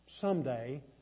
someday